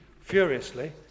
furiously